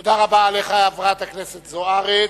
תודה רבה לחברת הכנסת זוארץ.